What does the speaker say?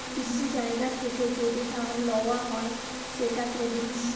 কিছু জায়গা থেকে যদি ধার লওয়া হয় সেটা ক্রেডিট